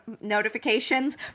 notifications